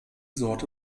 sorte